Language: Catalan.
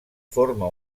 forma